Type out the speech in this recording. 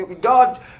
God